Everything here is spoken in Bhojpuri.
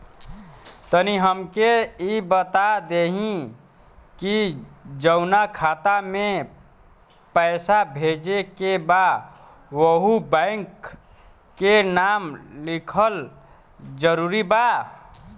तनि हमके ई बता देही की जऊना खाता मे पैसा भेजे के बा ओहुँ बैंक के नाम लिखल जरूरी बा?